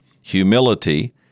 humility